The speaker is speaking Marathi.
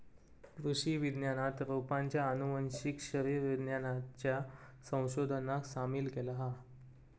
कृषि विज्ञानात रोपांच्या आनुवंशिक शरीर विज्ञानाच्या संशोधनाक सामील केला हा